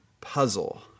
puzzle